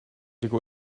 ago